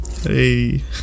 Hey